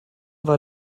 war